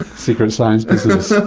secret science business, ah